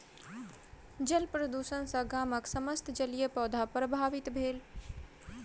जल प्रदुषण सॅ गामक समस्त जलीय पौधा प्रभावित भेल